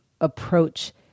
approach